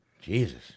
Jesus